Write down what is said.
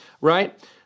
right